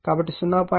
కాబట్టి 0